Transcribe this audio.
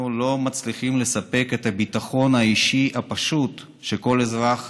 אנחנו לא מצליחים לספק את הביטחון האישי הפשוט שכל אזרח